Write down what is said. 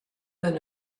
than